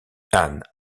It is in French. anne